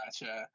Gotcha